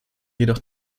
jedoch